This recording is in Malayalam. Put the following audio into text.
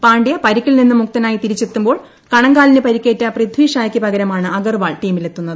പ്രിണ്ഡ്യ പരിക്കിൽ നിന്നും മുക്തനായി തിരിച്ചെത്തുമ്പോൾ ക്ണങ്കാലിന് പരിക്കേറ്റ പൃഥി ഷായ്ക്ക് പകരമാണ് അഗർവാൾ ടീമിലെത്തുന്നത്